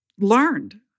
learned